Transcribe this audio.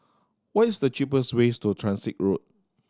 what is the cheapest ways to Transit Road